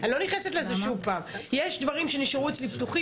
אנחנו דנים כאן על הדברים שהגדרתי בתור דברים שנשארו אצלי פתוחים